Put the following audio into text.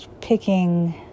picking